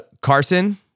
Carson